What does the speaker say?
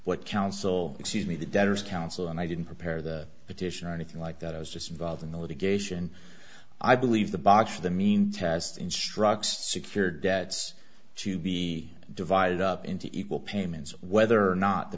what counsel excuse me the debtor's counsel and i didn't prepare the petition or anything like that i was just involved in the litigation i believe the box the mean test instructs secure debts to be divided up into equal payments whether or not the